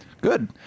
Good